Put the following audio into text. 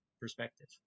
perspective